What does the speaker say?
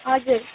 हजुर